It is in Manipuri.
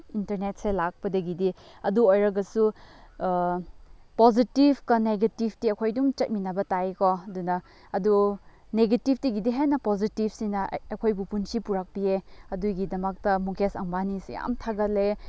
ꯏꯟꯇꯔꯅꯦꯠꯁꯦ ꯂꯥꯛꯄꯗꯒꯤꯗꯤ ꯑꯗꯨ ꯑꯣꯏꯔꯒꯁꯨ ꯄꯣꯖꯤꯇꯤꯐꯀ ꯅꯦꯒꯦꯇꯤꯐꯇꯤ ꯑꯩꯈꯣꯏ ꯑꯗꯨꯝ ꯆꯠꯃꯤꯟꯅꯕ ꯇꯥꯏ ꯀꯣ ꯑꯗꯨꯅ ꯑꯗꯨ ꯅꯦꯒꯦꯇꯤꯐꯇꯒꯤꯗꯤ ꯍꯦꯟꯅ ꯄꯣꯖꯤꯇꯤꯐꯁꯤꯅ ꯑꯩꯈꯣꯏꯕꯨ ꯄꯨꯟꯁꯤ ꯄꯨꯔꯛꯄꯤꯌꯦ ꯑꯗꯨꯒꯤꯗꯃꯛꯇ ꯃꯨꯀꯦꯁ ꯑꯝꯕꯥꯅꯤꯁꯦ ꯌꯥꯝ ꯊꯥꯒꯠꯂꯦ